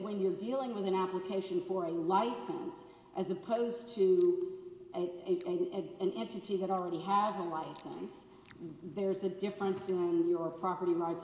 when you're dealing with an application for a license as opposed to an entity that already has a license there's a difference in your property